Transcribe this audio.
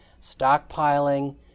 stockpiling